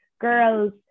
girls